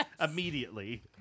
immediately